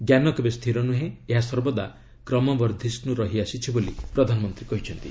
ଜ୍ଞାନ କେବେ ସ୍ଥିର ନୁହେଁ ଏହା ସର୍ବଦା କ୍ରମବର୍ଦ୍ଧିଷ୍ଟୁ ରହିଆସିଛି ବୋଲି ପ୍ରଧାନମନ୍ତ୍ରୀ କହିଛନ୍ତି